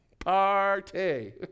Party